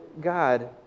God